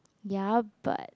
ya but